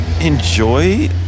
enjoy